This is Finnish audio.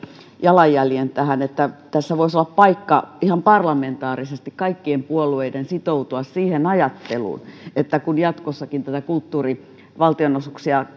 jalanjäljen että tässä voisi olla paikka ihan parlamentaarisesti kaikkien puolueiden sitoutua siihen ajatteluun että kun jatkossakin kulttuurin valtionosuuksia